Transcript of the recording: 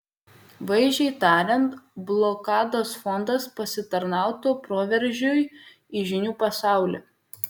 vaizdžiai tariant blokados fondas pasitarnautų proveržiui į žinių pasaulį